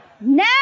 Now